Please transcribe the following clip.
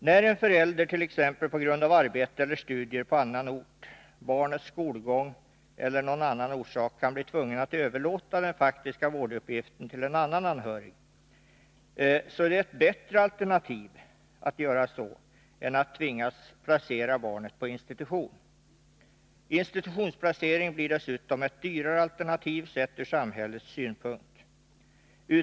När en förälder t.ex. på grund av arbete eller studier på annan ort, barnets skolgång eller någon annan omständighet kan bli tvungen att överlåta den faktiska vårduppgiften till en annan anhörig, så är detta ett bättre alternativ för föräldern än att tvingas placera barnet på institution. Institutionsplacering blir dessutom ett dyrare alternativ sett ur samhällets synpunkt.